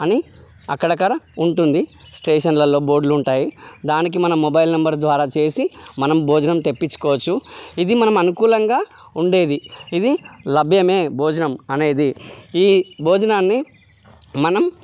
అని అక్కడక్కడ ఉంటుంది స్టేషన్లల్లో బోర్డులుంటాయి దానికి మన మొబైల్ నెంబర్ ద్వారా చేసి మనం భోజనం తెప్పించుకోవచ్చు ఇది మనం అనుకూలంగా ఉండేది ఇది లభ్యమే భోజనం అనేది ఈ భోజనాన్ని మనం